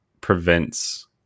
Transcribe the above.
prevents